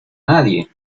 nadie